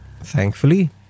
Thankfully